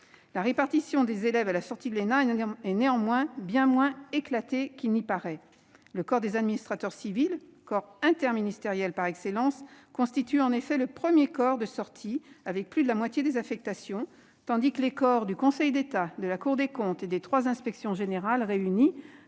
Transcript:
la répartition des élèves à la sortie de l'ENA est bien moins éclatée qu'il n'y paraît : les administrateurs civils, corps interministériel par excellence, constituent en effet le premier corps de sortie, avec plus de la moitié des affectations. En parallèle, les corps du Conseil d'État, de la Cour des comptes et des trois inspections générales réunis